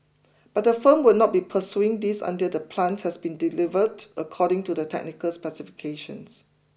but the firm will not be pursuing this until the plant has been delivered according to the technical specifications